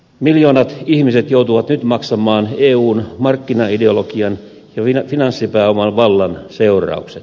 miljoonat ihmiset joutuvat nyt maksamaan eun markkinaideologian ja finanssipääoman vallan seuraukset